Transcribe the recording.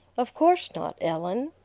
of course not, ellen.